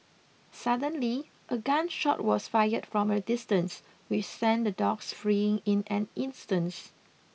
suddenly a gun shot was fired from a distance which sent the dogs fleeing in an instance